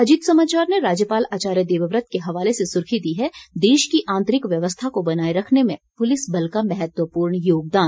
अजीत समाचार ने राज्यपाल आचार्य देवव्रत के हवाले से सुर्खी दी है देश की आंतरिक व्यवस्था को बनाए रखने में पुलिस बल का महत्वपूर्ण योगदान